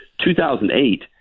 2008